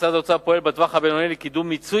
משרד האוצר פועל בטווח הבינוני לקידום מיצוי